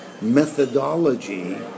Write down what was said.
methodology